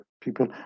people